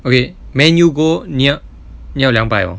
okay man U go near near 两百 oh